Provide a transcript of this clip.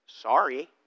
Sorry